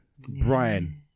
Brian